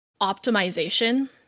optimization